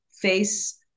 face